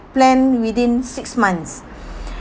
planned within six months